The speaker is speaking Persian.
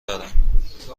دارم